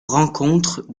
rencontre